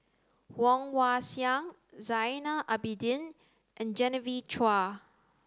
Woon Wah Siang Zainal Abidin and Genevieve Chua